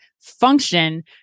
function